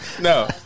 No